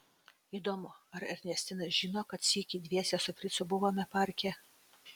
įdomu ar ernestina žino kad sykį dviese su fricu buvome parke